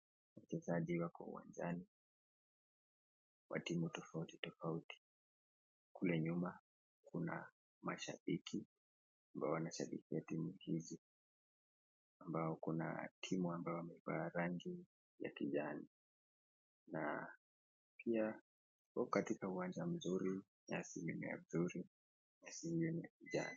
Wachezaji wako uwanjani wa timu tofauti tofauti. Kule nyuma kuna mashabiki ambao wanashabikia timu hizi. Ambao kuna timu ambayo imevaa rangi ya kijani na pia wako katika uwanja mzuri, nyasi zimekaa vizuri, nyasi zenye kijani.